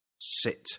Sit